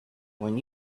when